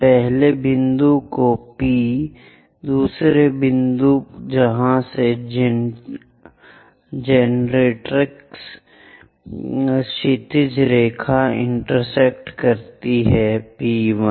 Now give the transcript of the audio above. पहला बिंदु जो P दूसरा बिंदु जहां ये जेनरेट्रिक्स क्षैतिज रेखा इंटरसेक्ट है P1 है